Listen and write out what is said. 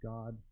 God